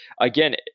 again